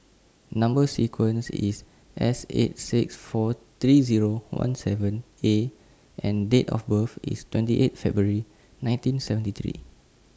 Number sequence IS S eight six four three Zero one seven A and Date of birth IS twenty eight February nineteen seventy three